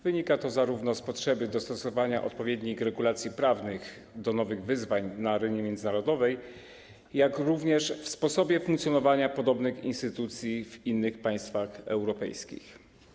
Wynika to zarówno z potrzeby dostosowania odpowiednich regulacji prawnych do nowych wyzwań na arenie międzynarodowej, jak i ze sposobu funkcjonowania podobnych instytucji w innych państwach europejskich.